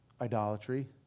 idolatry